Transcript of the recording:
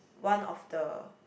one of the